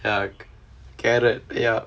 ya carrot ya